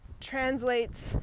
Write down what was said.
translates